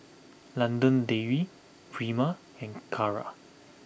London Dairy Prima and Kara